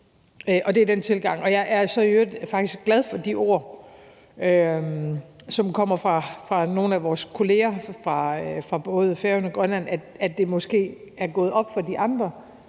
øvrigt glad for de ord, som kommer fra nogle af vores kollegaer fra både Færøerne og Grønland, om, at det måske er gået op for de andre,